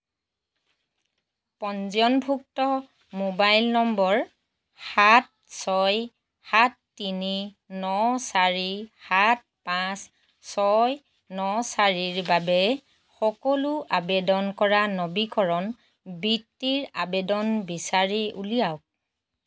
পঞ্জীয়নভুক্ত মোবাইল নম্বৰ সাত ছয় সাত তিনি ন চাৰি সাত পাঁচ ছয় ন চাৰিৰ বাবে সকলো আবেদন কৰা নবীকৰণ বৃত্তিৰ আবেদন বিচাৰি উলিয়াওক